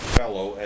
fellow